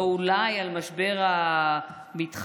אולי על משבר המתמחים?